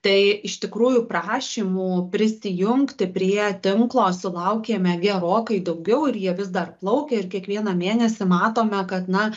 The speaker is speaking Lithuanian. tai iš tikrųjų prašymų prisijungti prie tinklo sulaukėme gerokai daugiau ir jie vis dar plaukia ir kiekvieną mėnesį matome kad na